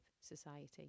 society